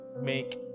make